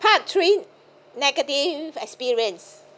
part three negative experience